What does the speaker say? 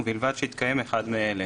ובלבד שיתקיים אחד מאלה: